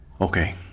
Okay